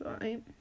right